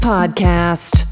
Podcast